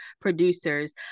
Producers